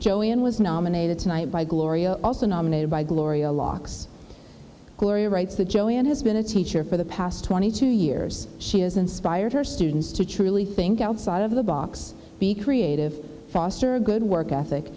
joanne was nominated tonight by gloria also nominated by gloria locks gloria writes that joanne has been a teacher for the past twenty two years she has inspired her students to truly think outside of the box be creative foster a good work ethic